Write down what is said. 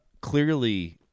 clearly